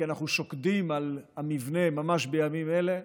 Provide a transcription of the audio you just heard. כי אנחנו שוקדים על המבנה ממש בימים אלה,